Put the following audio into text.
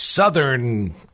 Southern